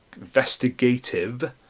investigative